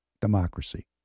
democracy